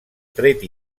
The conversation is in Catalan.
tret